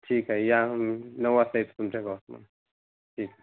ठीक आहे या नऊ वाजता येतो तुमच्या गावात मग ठीक आहे